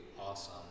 awesome